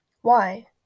Why